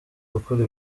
gukora